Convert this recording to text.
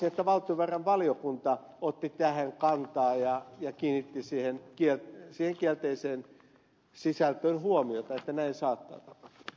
huomasin että valtiovarainvaliokunta otti tähän kantaa ja kiinnitti siihen kielteiseen sisältöön huomiota että näin saattaa tapahtua